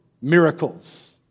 miracles